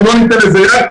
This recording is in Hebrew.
אנחנו לא ניתן לזה יד.